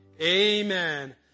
Amen